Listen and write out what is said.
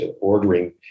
ordering